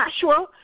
Joshua